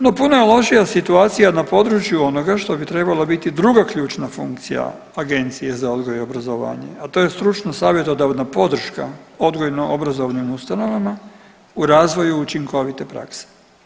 No, puno je lošija situacija na području onoga što bi trebala biti druga ključna funkcija Agencije za odgoj i obrazovanje, a to je stručna, savjetodavna podrška odgojno-obrazovnim ustanovama u razvoju učinkovite prakse.